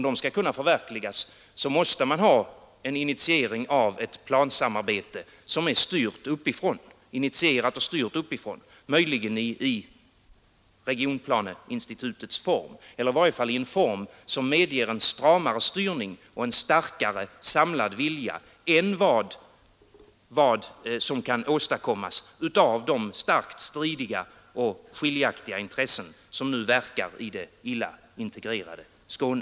Denna oundgängliga förutsättning är ett plansamarbete som är initierat och styrt uppifrån, möjligen i regionplaneinstitutets form eller i varje fall i en form som medger en stramare styrning och en starkare samlad vilja än vad som kan bli resultatet av de starkt stridiga och skiljaktiga intressen som nu verkar i det illa integrerade Skåne.